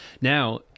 now